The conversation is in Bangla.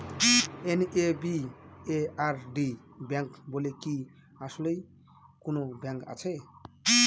এন.এ.বি.এ.আর.ডি ব্যাংক বলে কি আসলেই কোনো ব্যাংক আছে?